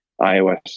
iOS